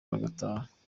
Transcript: bagataha